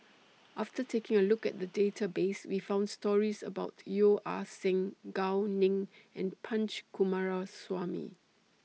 after taking A Look At The Database We found stories about Yeo Ah Seng Gao Ning and Punch Coomaraswamy